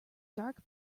dark